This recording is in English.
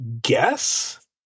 guess